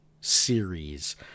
series